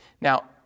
Now